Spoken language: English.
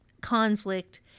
conflict